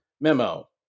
memo